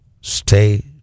stay